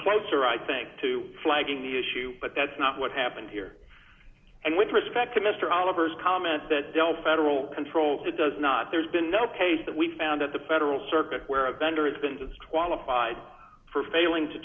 closer i think to flagging the issue but that's not what happened here and with respect to mr oliver's comment that dell federal controls it does not there's been no case that we found at the federal circuit where a vendor has been disqualified for failing to